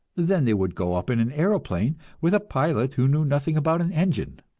than they would go up in an aeroplane with a pilot who knew nothing about an engine.